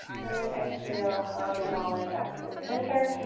and then exhale, hug it all in back towards center.